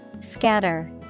Scatter